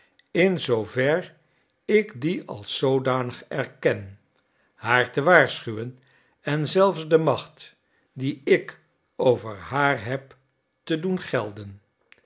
in zoover ik die als zoodanig erken haar te waarschuwen en zelfs de macht die ik over haar heb te doen gelden